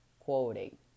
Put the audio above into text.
quoting